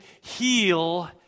heal